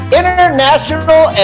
international